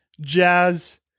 Jazz